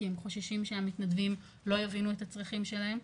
כי הם חוששים שהמתנדבים לא יבינו את הצרכים שלהם,